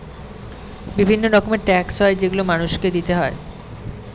বিভিন্ন রকমের ট্যাক্স হয় যেগুলো মানুষকে দিতে হয়